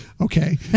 Okay